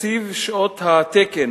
תקציב שעות התקן